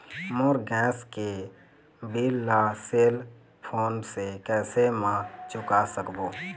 मोर gas के bill ला cell phone से कैसे म चुका सकबो?